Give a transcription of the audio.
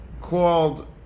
called